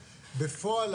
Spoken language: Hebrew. בפועל,